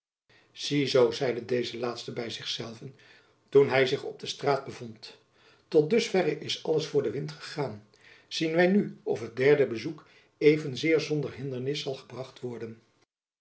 zoo zeide deze laatste by zich zelven toen hy zich op straat bevond tot dus verre is alles voor de wind gegaan zien wy nu of het derde bezoek evenzeer zonder hindernis zal gebracht worden